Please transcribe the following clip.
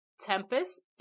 Tempest